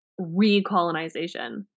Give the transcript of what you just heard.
recolonization